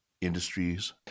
industries